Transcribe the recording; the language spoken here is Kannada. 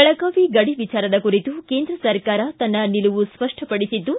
ಬೆಳಗಾವಿ ಗಡಿ ವಿಚಾರದ ಕುರಿತು ಕೇಂದ್ರ ಸರ್ಕಾರ ತನ್ನ ನಿಲುವು ಸ್ಪಷ್ಟಪಡಿಸಿದ್ದು